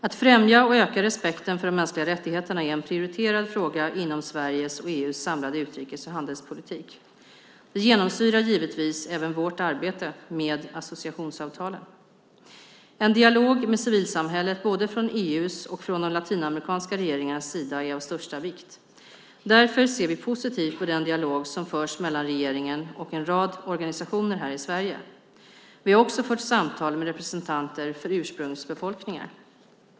Att främja och öka respekten för de mänskliga rättigheterna är en prioriterad fråga inom Sveriges och EU:s samlade utrikes och handelspolitik. Det genomsyrar givetvis även vårt arbete med associationsavtalen. En dialog med civilsamhället, både från EU:s och från de latinamerikanska regeringarnas sida, är av största vikt. Därför ser vi positivt på den dialog som förs mellan regeringen och en rad organisationer här i Sverige. Vi har också fört samtal med representanter för ursprungsbefolkningar.